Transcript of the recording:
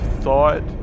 thought